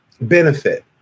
benefit